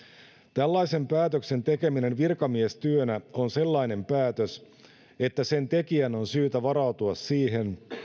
tällaisen päätöksen tekeminen virkamiestyönä on sellainen päätös että sen tekijän on syytä varautua siihen